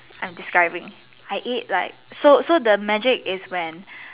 I'm describing I eat like so so the magic is when